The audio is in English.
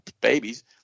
babies